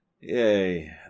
Yay